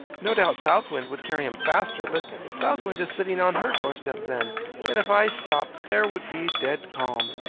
no doubt south wind would carry him faster, but south wind is sitting on her doorstep then, and if i stopped there would be a dead calm.